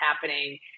happening